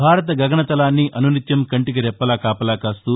భారత గగన తలాన్ని అనునిత్యం కంటికి రెప్పలా కాపలా కాస్తూ